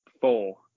four